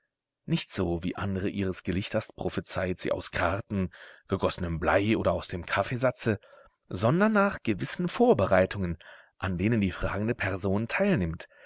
nicht so wie andere ihres gelichters prophezeit sie aus karten gegossenem blei oder aus dem kaffeesatze sondern nach gewissen vorbereitungen an denen die fragende person teilnimmt